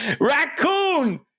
Raccoon